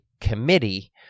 committee